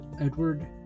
Edward